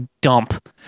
dump